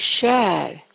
share